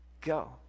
go